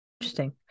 interesting